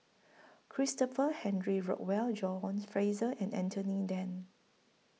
Christopher Henry Rothwell John Fraser and Anthony Then